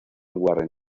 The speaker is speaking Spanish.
warren